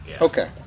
Okay